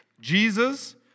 Jesus